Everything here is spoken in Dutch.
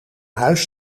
huis